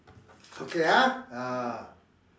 okay ah ah